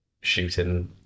shooting